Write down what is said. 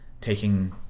taking